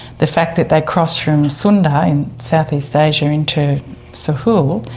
the fact that they cross from sunda in southeast asia into sahul,